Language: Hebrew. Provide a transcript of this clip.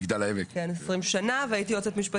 במשך 20 שנים.